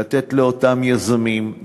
לתת לאותם יזמים,